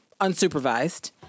Unsupervised